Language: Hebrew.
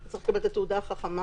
צריך לקבל את התעודה חכמה,